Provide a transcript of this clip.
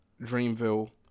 Dreamville